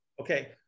Okay